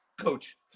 coach